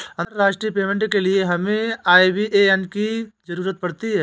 अंतर्राष्ट्रीय पेमेंट के लिए हमें आई.बी.ए.एन की ज़रूरत पड़ती है